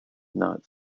not